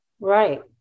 Right